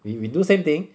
we we do same thing